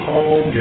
Home